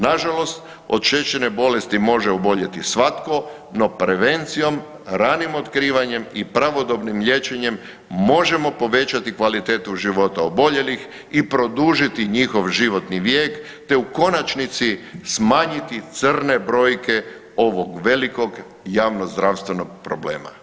Nažalost od šećerne bolesti može oboljeti svatko, no prevencijom, ranim otkrivanjem i pravodobnim liječenjem možemo povećati kvalitetu život oboljelih i produžiti njihov životni vijek te u konačnici smanjiti crne brojke ovog velikog javnozdravstvenog problema.